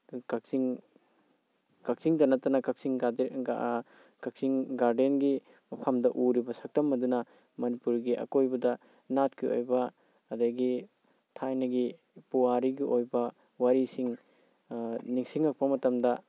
ꯀꯛꯆꯤꯡ ꯀꯛꯆꯤꯡꯗ ꯅꯠꯇꯅ ꯀꯛꯆꯤꯡ ꯒꯥꯔꯗꯦꯟ ꯀꯛꯆꯤꯡ ꯒꯥꯔꯗꯦꯟꯒꯤ ꯃꯐꯝꯗ ꯎꯔꯤꯕ ꯁꯛꯇꯝ ꯑꯗꯨꯅ ꯃꯅꯤꯄꯨꯔꯒꯤ ꯑꯀꯣꯏꯕꯗ ꯅꯥꯠꯀꯤ ꯑꯣꯏꯕ ꯑꯗꯒꯤ ꯊꯥꯏꯅꯒꯤ ꯄꯨꯋꯥꯔꯤꯒꯤ ꯑꯣꯏꯕ ꯋꯥꯔꯤꯁꯤꯡ ꯅꯤꯡꯁꯤꯡꯂꯛꯄ ꯃꯇꯝꯗ